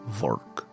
work